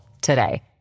today